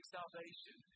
salvation